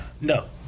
no